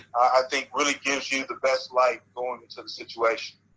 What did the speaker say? i think really gives you the best life going into the situation.